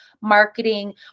marketing